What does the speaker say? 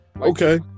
Okay